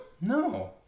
No